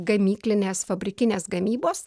gamyklinės fabrikinės gamybos